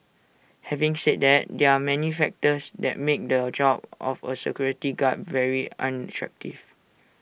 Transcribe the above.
having said that there are many factors that make the job of A security guard very unattractive